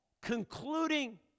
concluding